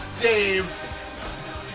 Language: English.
Dave